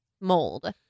mold